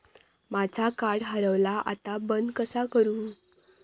माझा कार्ड हरवला आता बंद कसा करू?